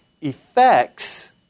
effects